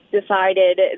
decided